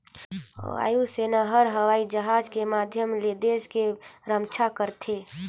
वायु सेना हर हवई जहाज के माधियम ले देस के रम्छा करथे